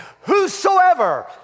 Whosoever